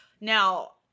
Now